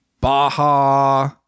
Baja